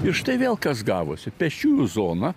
ir štai vėl kas gavosi pėsčiųjų zona